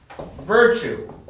Virtue